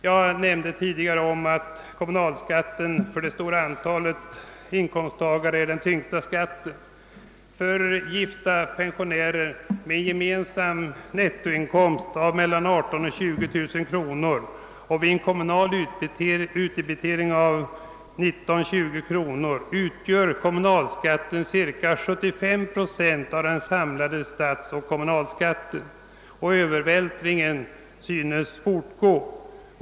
Jag nämnde tidigare att kommunalskatten för det stora antalet mindre inkomsttagare är den tyngsta skatten. För gifta pensionärer med en gemensam nettoinkomst av mellan 18000 och 20 000 kronor utgör kommunalskatten vid en kommunal utdebitering på 19— 20 kronor cirka 75 procent av den samlade statsoch kommunalskatten. Och denna övervältring synes fortgå.